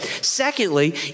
Secondly